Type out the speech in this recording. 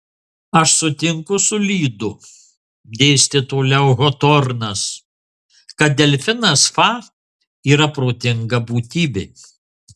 aš sutinku su lydu dėstė toliau hotornas kad delfinas fa yra protinga būtybė